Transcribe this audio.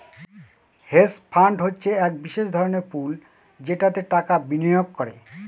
hedge fund হচ্ছে এক বিশেষ ধরনের পুল যেটাতে টাকা বিনিয়োগ করে